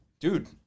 Dude